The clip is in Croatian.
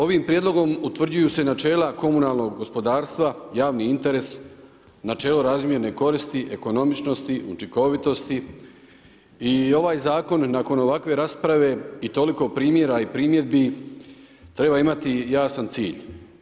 Ovim prijedlog utvrđuju se načelna komunalnog gospodarstva, javni interes, načelo razmjerne koristi, ekonomičnosti, učinkovitosti i ovaj zakon nakon ovakve rasprave o toliko primjera i primjedbi treba imati jasan cilj.